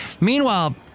Meanwhile